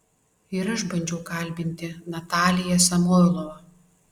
ir aš bandžiau kalbinti nataliją samoilovą